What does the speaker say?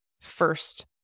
first